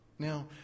Now